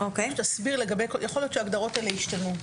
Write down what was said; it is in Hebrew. יכול להיות שההגדרות האלה ישתנו.